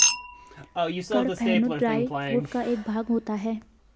कड़पहनुत dry food का एक भाग होता है